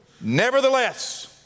Nevertheless